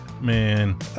Man